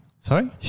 Sorry